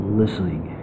listening